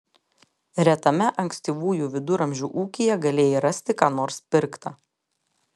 retame ankstyvųjų viduramžių ūkyje galėjai rasti ką nors pirkta